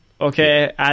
okay